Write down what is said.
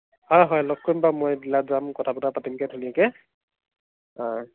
হয় হয় লগ কৰিম বাৰু মই ডিলাৰত যাম কথা বতৰা পাতিমগৈ ধুনীয়াকৈ অঁ